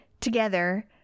together